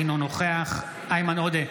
אינו נוכח איימן עודה,